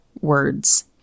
words